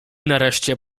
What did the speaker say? nareszcie